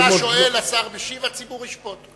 אתה שואל, השר משיב, הציבור ישפוט.